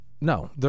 No